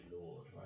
Lord